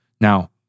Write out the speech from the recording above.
Now